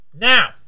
now